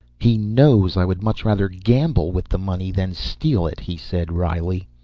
he knows i would much rather gamble with the money than steal it, he said wryly.